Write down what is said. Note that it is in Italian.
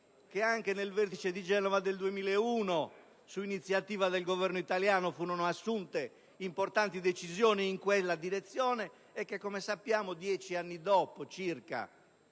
che già nel vertice di Genova del 2001, su iniziativa del Governo italiano, furono assunte importanti decisioni in quella direzione, ma, come sappiamo, circa dieci anni dopo